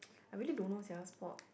I really don't know sia sport